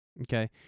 Okay